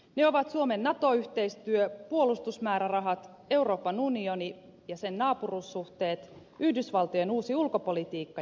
ne ovat suomen nato yhteistyö puolustusmäärärahat euroopan unioni ja sen naapuruussuhteet yhdysvaltojen uusi ulkopolitiikka ja kehitysyhteistyö